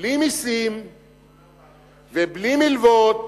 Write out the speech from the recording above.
בלי מסים ובלי מלוות